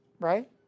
right